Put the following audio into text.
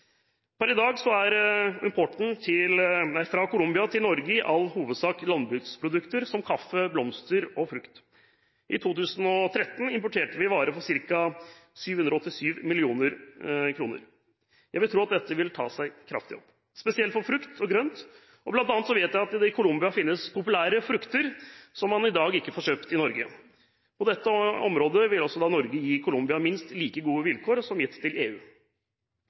Per i dag er importen fra Colombia til Norge i all hovedsak landbruksprodukter som kaffe, blomster og frukt. I 2013 importerte vi varer for ca. 787 mill. kr. Jeg vil tro at dette vil ta seg kraftig opp, spesielt for frukt og grønt – bl.a. annet vet jeg at det i Colombia finnes populære frukter som man i dag ikke får kjøpt i Norge. På dette området vil Norge gi Colombia minst like gode vilkår som gitt til EU.